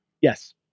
Yes